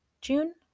June